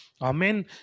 amen